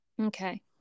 Okay